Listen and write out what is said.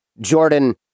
Jordan